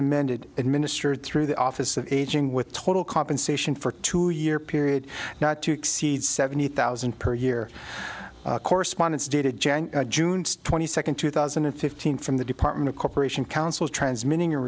amended administered through the office of aging with total compensation for two year period not to exceed seventy thousand per year correspondence dated jan june twenty second two thousand and fifteen from the department of corp council's transmitting